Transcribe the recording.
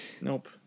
Nope